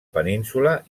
península